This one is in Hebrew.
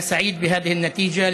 אני שמח על התוצאה הזאת,